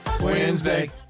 wednesday